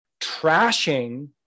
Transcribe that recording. trashing